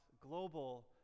global